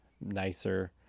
nicer